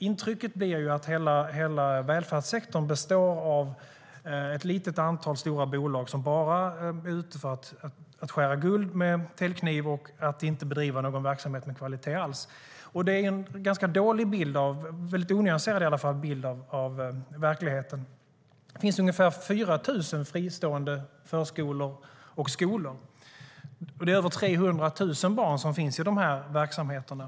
Intrycket blir att hela välfärdssektorn består av ett litet antal stora bolag som bara är ute efter att skära guld med täljkniv och inte att bedriva verksamhet med kvalitet alls. Det är en onyanserad bild av verkligheten. Det finns ungefär 4 000 fristående förskolor och skolor. Det finns över 300 000 barn i verksamheterna.